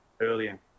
earlier